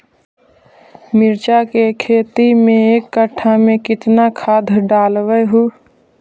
मिरचा के खेती मे एक कटा मे कितना खाद ढालबय हू?